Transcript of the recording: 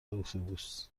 اتوبوس